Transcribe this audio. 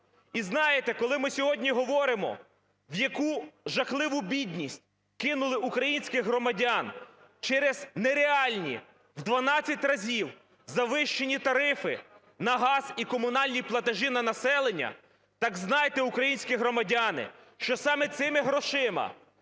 І знаєте, коли ми сьогодні говоримо, в яку жахливу бідність кинули українських громадян через нереальні, в 12 разів завищені тарифи на газ і комунальні платежі на населення, так знайте, українські громадяни, що саме цими грошима,